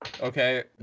Okay